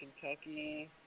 Kentucky